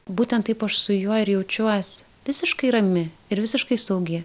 būtent taip aš su juo ir jaučiuosi visiškai rami ir visiškai saugi